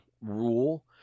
rule